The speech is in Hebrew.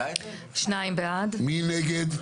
מי נגד?